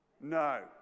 No